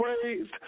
praised